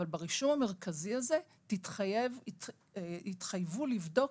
אבל ברישום המרכזי הזה יתחייבו לבדוק